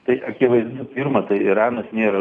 tai akivaizdu pirma tai iranas nėra